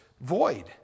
void